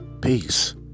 Peace